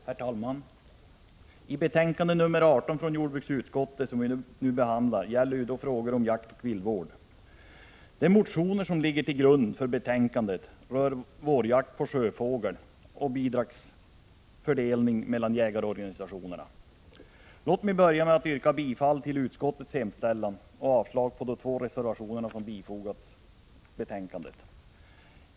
Herr talman! Betänkande 18 från jordbruksutskottet, som vi nu behandlar, gäller frågor om jakt och viltvård. De motioner som ligger till grund för betänkandet rör vårjakt på sjöfågel och fördelningen av bidrag mellan jägarorganisationerna. Låt mig börja med att yrka bifall till utskottets hemställan och avslag på de två reservationer som fogats till betänkandet.